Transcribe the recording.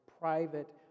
private